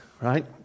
right